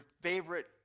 favorite